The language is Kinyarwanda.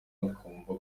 akumva